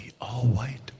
all-white